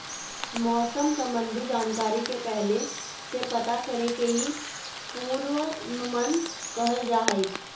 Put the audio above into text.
मौसम संबंधी जानकारी के पहले से पता करे के ही पूर्वानुमान कहल जा हय